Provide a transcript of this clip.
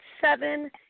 seven